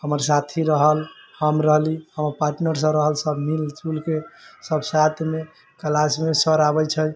हमर साथी रहल हम रहली हमर पार्ट्नर सब रहल सब मिलजुलके सब साथ मे क्लासमे सर आबय छै पढ़ाबै छै